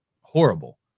horrible